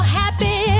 happy